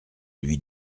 lui